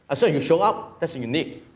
so, you show up, that's unique.